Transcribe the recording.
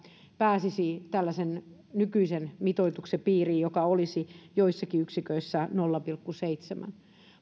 pääsisi tällaisen nykyisen mitoituksen piiriin joka olisi joissakin yksiköissä nolla pilkku seitsemän